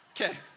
Okay